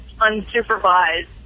unsupervised